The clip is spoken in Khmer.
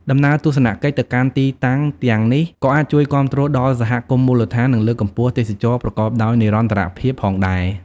ដំណើរទស្សនកិច្ចទៅកាន់ទីតាំងទាំងនេះក៏អាចជួយគាំទ្រដល់សហគមន៍មូលដ្ឋាន និងលើកកម្ពស់ទេសចរណ៍ប្រកបដោយនិរន្តរភាពផងដែរ។